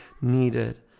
needed